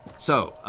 so,